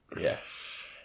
yes